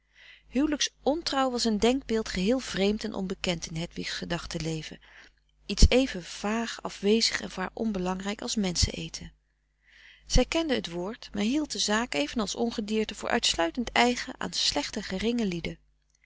huwelijk huwelijks ontrouw was een denkbeeld geheel vreemd en onbekend in hedwigs gedachte leven iets even vaag afwezig en voor haar onbelangrijk als menscheneten zij kende het woord maar hield de zaak even als ongedierte voor uitsluitend eigen aan slechte geringe lieden